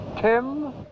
Tim